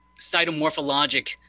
cytomorphologic